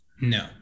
No